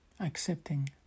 accepting